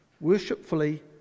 worshipfully